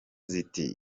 ziti